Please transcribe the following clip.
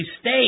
State